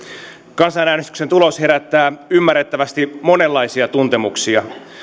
kansanäänestyksen tulos herättää ymmärrettävästi monenlaisia tuntemuksia